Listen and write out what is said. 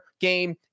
game